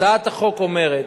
הצעת החוק אומרת,